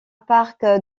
parc